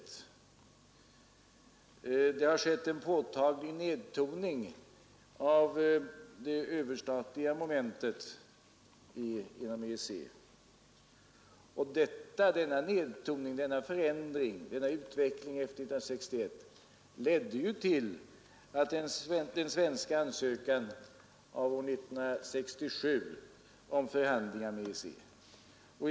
Det har inom EEC skett en påtaglig nedtoning av det överstatliga momentet. Denna nedtoning, förändring och utveckling efter 1961 ledde ju 1967 till den svenska ansökan om förhandlingar med EEC.